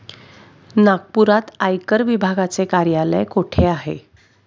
नागपुरात आयकर विभागाचे कार्यालय कुठे आहे?